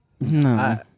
No